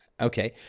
Okay